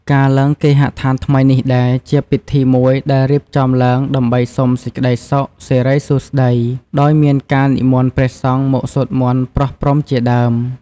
ការឡើងគេហដ្ឋានថ្មីនេះដែរ ជាពិធីមួយដែលរៀបចំឡើងដើម្បីសុំសេចក្ដីសុខ សេរីសួស្ដី ដោយមានការនិមន្តព្រះសង្ឃមកសូត្រមន្តប្រោះព្រំជាដើម។